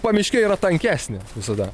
pamiškė yra tankesnė visada